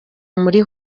muri